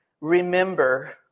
remember